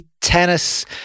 tennis